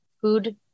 food